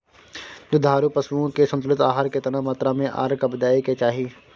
दुधारू पशुओं के संतुलित आहार केतना मात्रा में आर कब दैय के चाही?